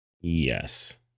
Yes